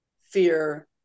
fear